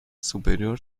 superior